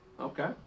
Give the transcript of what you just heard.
Okay